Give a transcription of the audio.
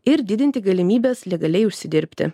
ir didinti galimybes legaliai užsidirbti